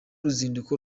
ruzinduko